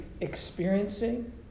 experiencing